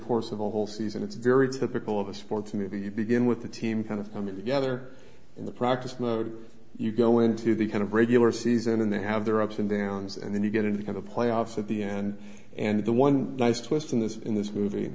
course of a whole season it's very typical of us four to maybe you begin with the team kind of coming together in the practice mode you go into the kind of regular season and they have their ups and downs and then you get into the playoffs at the end and the one nice twist in this in this movie